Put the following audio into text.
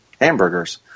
hamburgers